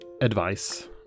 advice